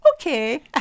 Okay